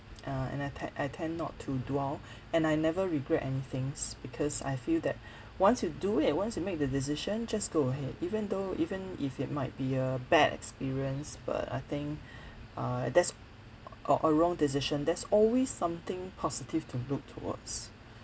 uh and I tend I tend not to dwell and I never regret anythings because I feel that once you do it and once you make the decision just go ahead even though even if it might be a bad experience but I think uh that's or a wrong decision there's always something positive to look towards